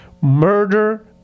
murder